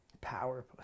Power